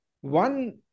one